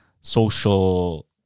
social